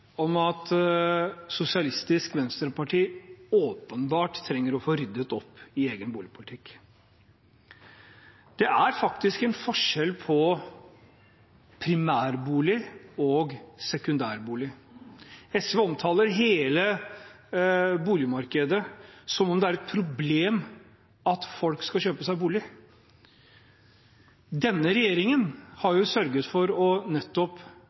om at SV åpenbart trenger å få ryddet opp i egen boligpolitikk. Det er faktisk en forskjell på primærbolig og sekundærbolig. SV omtaler hele boligmarkedet som om det er et problem at folk skal kjøpe seg bolig. Denne regjeringen har jo sørget for nettopp å